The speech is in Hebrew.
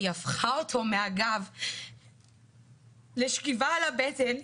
היא הפכה אותו מהגב לשכיבה על הבטן,